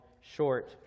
short